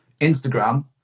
Instagram